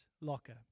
locker